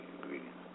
ingredients